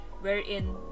wherein